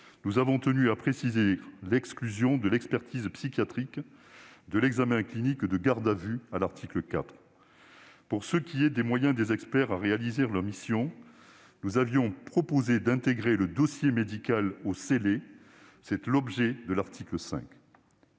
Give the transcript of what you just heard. nous avons tenu, à l'article 4, à exclure l'expertise psychiatrique de l'examen clinique de garde à vue. Pour ce qui est des moyens des experts pour réaliser leur mission, nous avons proposé d'intégrer le dossier médical aux scellés : tel est l'objet de l'article 5.